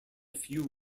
few